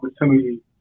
opportunity